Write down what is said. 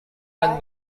dan